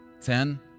Ten